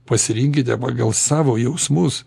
pasirinkite pagal savo jausmus